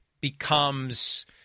becomes